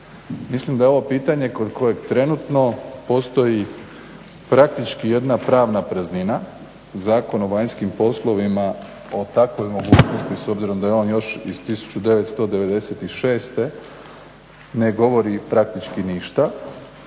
Mislim da je ovo pitanje kod kojeg trenutno postoji praktički jedna pravna praznina. Zakon o vanjskim poslovima o takvoj mogućnosti s obzirom da je on još iz 1996. ne govori praktički ništa.